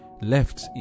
left